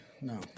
No